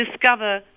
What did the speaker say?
discover